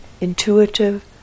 intuitive